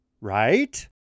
right